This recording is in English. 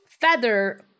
feather